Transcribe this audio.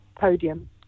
podium